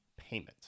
payment